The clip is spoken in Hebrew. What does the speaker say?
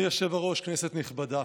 אדוני היושב-ראש, כנסת נכבדה,